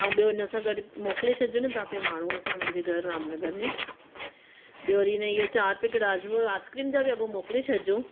ऐं ॿियो हिनसां गॾु मोकिले छॾिजो न तव्हां पे माण्हुअ सां मुंहिंजे घरु रामनगर में ॿियो वरी हिन इयो चारि पैकिट आज़मो आइस्क्रीम जा बि अॻो मोकिले छॾिजो